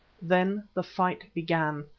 then the fight began.